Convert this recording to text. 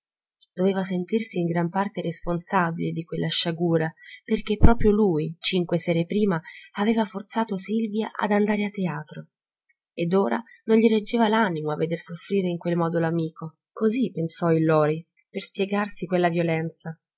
doveva sentirsi in gran parte responsabile di quella sciagura perché proprio lui cinque sere prima aveva forzato silvia ad andare a teatro ed ora non gli reggeva l'animo a veder soffrire in quel modo l'amico così pensò il lori per spiegarsi quella violenza